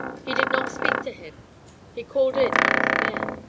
he did not speak to him he called in one of the men.